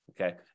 Okay